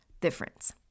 difference